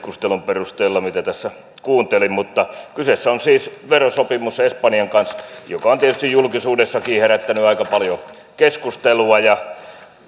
keskustelun perusteella mitä tässä kuuntelin kyseessä on siis verosopimus espanjan kanssa joka on tietysti julkisuudessakin herättänyt aika paljon keskustelua ja